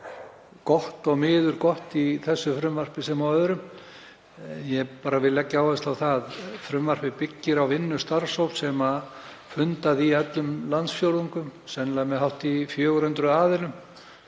gott og miður gott í þessu frumvarpi sem og öðrum. Ég vil leggja áherslu á að frumvarpið byggir á vinnu starfshóps sem fundaði í öllum landsfjórðungum, sennilega með hátt í 400 aðilum,